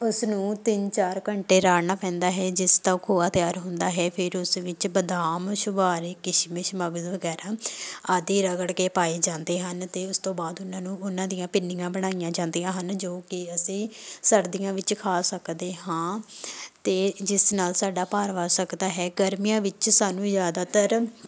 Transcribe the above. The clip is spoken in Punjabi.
ਉਸ ਨੂੰ ਤਿੰਨ ਚਾਰ ਘੰਟੇ ਰਾੜਨਾ ਪੈਂਦਾ ਹੈ ਜਿਸ ਦਾ ਖੋਆ ਤਿਆਰ ਹੁੰਦਾ ਹੈ ਫਿਰ ਉਸ ਵਿੱਚ ਬਦਾਮ ਛਵਾਰੇ ਕਿਸ਼ਮਿਸ਼ ਮਗਜ਼ ਵਗੈਰਾ ਆਦਿ ਰਗੜ ਕੇ ਪਾਏ ਜਾਂਦੇ ਹਨ ਅਤੇ ਉਸ ਤੋਂ ਬਾਅਦ ਉਹਨਾਂ ਨੂੰ ਉਹਨਾਂ ਦੀਆਂ ਪਿੰਨੀਆਂ ਬਣਾਈਆਂ ਜਾਂਦੀਆਂ ਹਨ ਜੋ ਕਿ ਅਸੀਂ ਸਰਦੀਆਂ ਵਿੱਚ ਖਾ ਸਕਦੇ ਹਾਂ ਅਤੇ ਜਿਸ ਨਾਲ ਸਾਡਾ ਭਾਰ ਵੱਧ ਸਕਦਾ ਹੈ ਗਰਮੀਆਂ ਵਿੱਚ ਸਾਨੂੰ ਜ਼ਿਆਦਾਤਰ